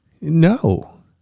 No